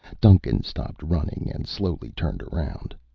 duncan stopped running and slowly turned around.